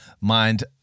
mind